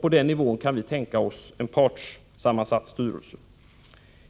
på länsnivå, men då anser vi att även SACO/SR skall vara representerat.